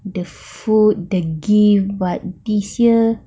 the food the game but this year